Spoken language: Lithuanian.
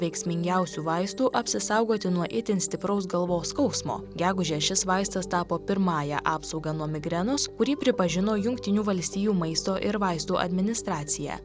veiksmingiausių vaistų apsisaugoti nuo itin stipraus galvos skausmo gegužę šis vaistas tapo pirmąja apsauga nuo migrenos kurį pripažino jungtinių valstijų maisto ir vaistų administracija